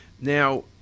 now